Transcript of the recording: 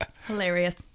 Hilarious